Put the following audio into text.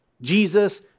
Jesus